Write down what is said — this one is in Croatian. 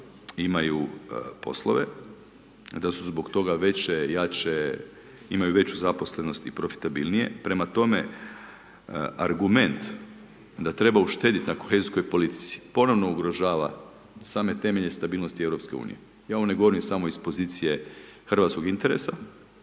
imaju poslove, da su zbog toga veće, jače, imaju veću zaposlenost i profitabilnije, prema tome, argument da treba uštediti na kohezijskoj politici, ponovno ugrožava same temelje stabilnosti Europske unije, ja ovo ne govorim samo iz pozicije hrvatskog interesa,